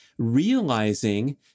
realizing